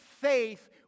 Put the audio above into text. faith